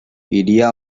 hiria